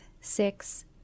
six